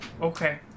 Okay